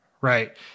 right